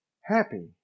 happy